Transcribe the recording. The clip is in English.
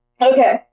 Okay